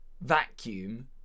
vacuum